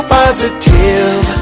positive